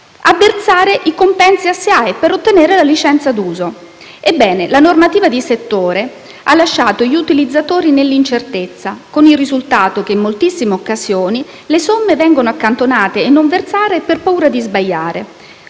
a versare i compensi alla SIAE per ottenere la licenza d'uso. Ebbene, la normativa di settore ha lasciato gli utilizzatori nell'incertezza, con il risultato che in moltissime occasioni le somme vengono accantonate e non versate per paura di sbagliare.